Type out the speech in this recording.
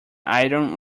iron